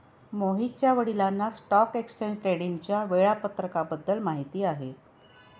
मोहितच्या वडिलांना stock exchange ट्रेडिंगच्या वेळापत्रकाबद्दल माहिती आहे